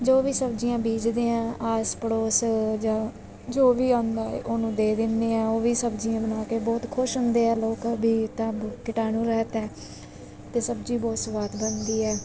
ਜੋ ਵੀ ਸਬਜ਼ੀਆਂ ਬੀਜਦੇ ਹਾਂ ਆਸ ਪੜੋਸ ਜਾ ਜੋ ਵੀ ਆਉਂਦਾ ਉਹਨੂੰ ਦੇ ਦਿੰਦੇ ਹਾਂ ਉਹ ਵੀ ਸਬਜ਼ੀਆਂ ਬਣਾ ਕੇ ਬਹੁਤ ਖੁਸ਼ ਹੁੰਦੇ ਆ ਲੋਕ ਵੀ ਤਾਂ ਬ ਕੀਟਾਣੂ ਰਹਿਤ ਹੈ ਅਤੇ ਸਬਜ਼ੀ ਬਹੁਤ ਸਵਾਦ ਬਣਦੀ ਹੈ